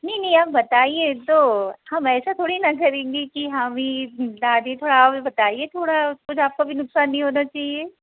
नहीं नहीं आप बताइए तो हम ऐसा थोड़ी ना करेंगे कि हाँ भाई ज़्यादा थोड़ा बताइए थोड़ा कुछ आपका भी नुक़सान नहीं होना चाहिए